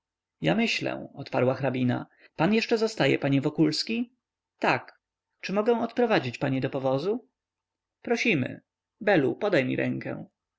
ja myślę odparła hrabina pan jeszcze zostaje panie wokulski tak czy mogę odprowadzić panie do powozu prosimy belu podaj mi rękę